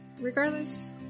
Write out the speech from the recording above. regardless